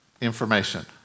information